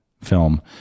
film